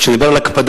כשאני מדבר על הקפדה,